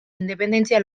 independentzia